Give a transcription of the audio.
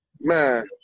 Man